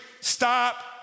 Stop